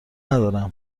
ندارم